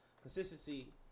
consistency